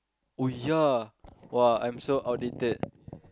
oh ya !wah! I'm so outdated